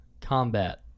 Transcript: combat